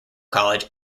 college